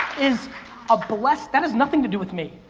is a bless that has nothing to do with me.